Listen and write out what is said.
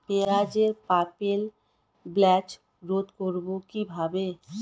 পেঁয়াজের purple blotch রোধ করবো কিভাবে?